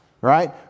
right